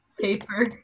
Paper